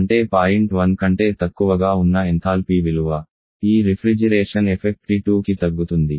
అంటే పాయింట్ 1 కంటే తక్కువగా ఉన్న ఎంథాల్పీ విలువ ఈ రిఫ్రిజిరేషన్ ఎఫెక్ట్ T2 కి తగ్గుతుంది